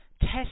Test